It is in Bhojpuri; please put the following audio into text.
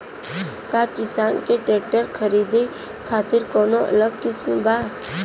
का किसान के ट्रैक्टर खरीदे खातिर कौनो अलग स्किम बा?